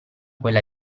quella